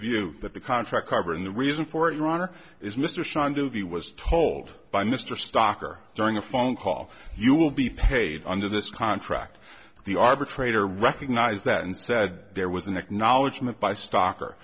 view that the contract harbor and the reason for your honor is mr santelli was told by mr stocker during a phone call you will be paid under this contract the arbitrator recognized that and said there was an acknowledgement by stock